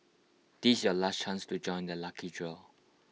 this your last chance to join the lucky draw